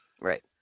Right